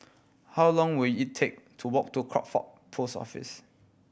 how long will it take to walk to Crawford Post Office